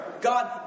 God